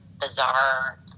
bizarre